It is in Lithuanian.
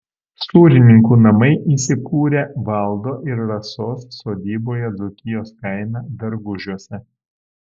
sūrininkų namai įsikūrę valdo ir rasos sodyboje dzūkijos kaime dargužiuose